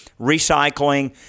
recycling